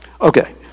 Okay